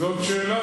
זאת שאלה